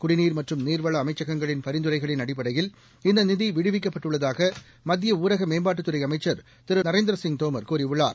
குடிநீர் மற்றும் நீர்வள அமைச்சகங்களின் பரிந்துரைகளின் அடிப்படையில் இந்தநிதிவிடுவிக்கப்பட்டுள்ளதாகமத்திய ஊரகமேம்பாட்டுத்துறை அமைச்சர் தோமர் கூறியுள்ளார்